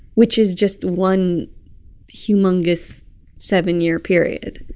which is just one humongous seven-year period,